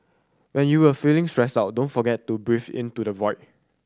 when you a feeling stressed out don't forget to breathe into the void